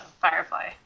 Firefly